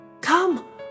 Come